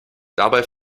dabei